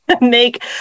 make